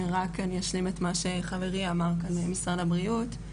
רק אני אשלים את מה שחברי אמר כאן ממשרד הבריאות.